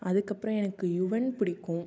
அதுக்கு அப்றம் எனக்கு யுவன் பிடிக்கும்